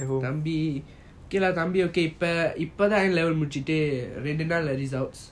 தம்பி:thambi okay இப்போ தான் முடிச்சிட்டு ரெண்டு நாளுல:ipo thaan mudichitu rendu naalula results